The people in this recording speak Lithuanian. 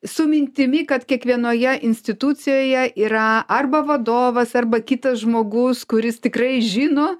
su mintimi kad kiekvienoje institucijoje yra arba vadovas arba kitas žmogus kuris tikrai žino